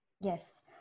Yes